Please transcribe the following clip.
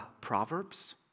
Proverbs